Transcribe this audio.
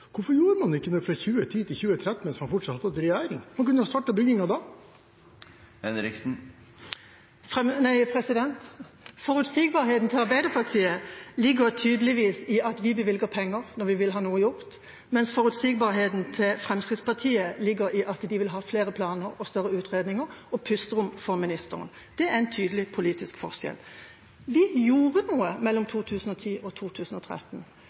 hvorfor gjorde man ikke noe fra 2010 til 2013, mens man fortsatt satt i regjering? Man kunne ha startet byggingen da. Forutsigbarheten til Arbeiderpartiet ligger tydelig i at vi bevilger penger når vi vil ha noe gjort, mens forutsigbarheten til Fremskrittspartiet ligger i at de vil ha flere planer og større utredninger og pusterom for ministeren. Det er en tydelig politisk forskjell. Vi gjorde noe mellom 2010 og 2013.